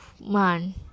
man